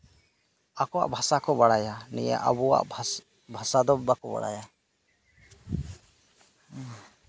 ᱟᱠᱚᱣᱟᱜ ᱵᱷᱟᱥᱟ ᱠᱚ ᱵᱟᱲᱟᱭᱟ ᱟᱵᱚᱣᱟᱜ ᱵᱷᱟᱥᱟ ᱫᱚ ᱵᱟᱠᱚ ᱵᱟᱲᱟᱭᱟ